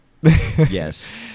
Yes